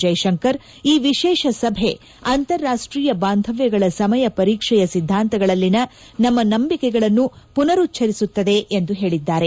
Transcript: ಜೈಶಂಕರ್ ಈ ವಿಶೇಷ ಸಭೆ ಅಂತಾರಾಷ್ಟ್ರೀಯ ಬಾಂಧವ್ಯಗಳ ಸಮಯ ಪರೀಕ್ಷೆಯ ಸಿದ್ದಾಂತಗಳಲ್ಲಿನ ನಮ್ಮ ನಂಬಿಕೆಗಳನ್ನು ಪುನರುಚ್ಚರಿಸುತ್ತದೆ ಎಂದು ಹೇಳಿದ್ದಾರೆ